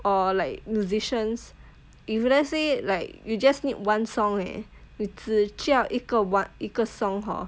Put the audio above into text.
or like musicians if let's say like you just need one song eh 你只需要一个 one 一个 song hor